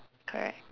correct